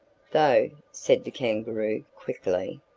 though, said the kangaroo, quickly.